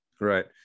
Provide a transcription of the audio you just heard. Right